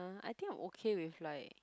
uh I think I okay with like